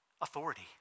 authority